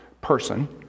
person